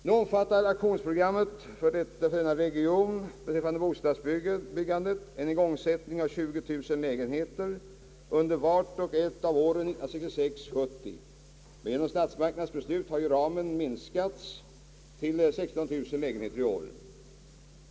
Nu omfattar aktionsprogrammet för bostadsbyggandet inom regionen en igångsättning av 20000 lägenheter under vart och ett av åren 1966—1970, men genom statsmakternas beslut har ramen för bostadsbyggandet i Storstockholm år 1966 minskats till 16 200 lägenheter.